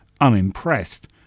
unimpressed